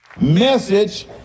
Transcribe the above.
Message